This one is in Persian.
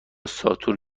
ساتور